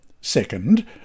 Second